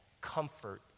Comfort